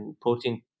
protein